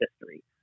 history